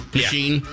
machine